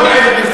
תתבייש לך.